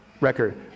record